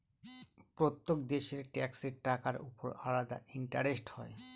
প্রত্যেক দেশের ট্যাক্সের টাকার উপর আলাদা ইন্টারেস্ট হয়